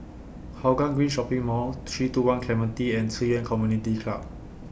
Hougang Green Shopping Mall three two one Clementi and Ci Yuan Community Club